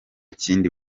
kindi